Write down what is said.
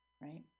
right